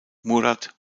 murat